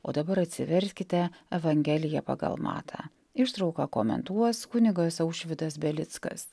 o dabar atsiverskite evangelija pagal matą ištrauką komentuos kunigas aušvydas belickas